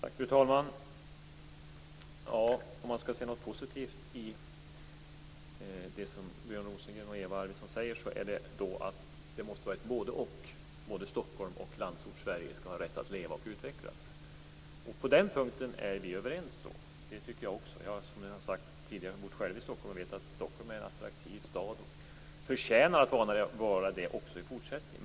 Fru talman! Om man skall se något positivt i det som Björn Rosengren och Eva Arvidsson här säger är det att det måste vara både-och. Både Stockholm och Sveriges landsort skall ha rätt att leva och utvecklas. På den punkten är vi överens. Som jag tidigare sade har jag själv bott i Stockholm. Jag vet att det är en attraktiv stad och förtjänar att vara det också i fortsättningen.